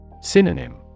Synonym